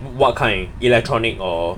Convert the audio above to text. what kind electronic or